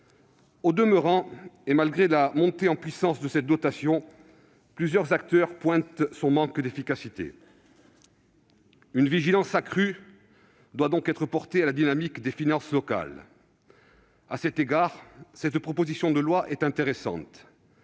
Au demeurant, et malgré la montée en puissance de cette dotation, plusieurs acteurs relèvent son manque d'efficacité. Une vigilance accrue doit donc être portée à la dynamique des finances locales. À cet égard, cette proposition de loi est intéressante.